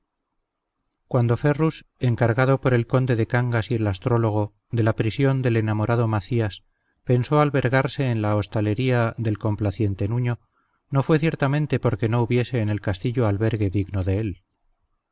cuando ferrus encargado por el conde de cangas y el astrólogo de la prisión del enamorado macías pensó albergarse en la hostalería del complaciente nuño no fue ciertamente porque no hubiese en el castillo albergue digno de él